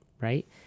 right